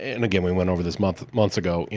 and again, we went over this months months ago,